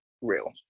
real